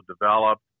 develop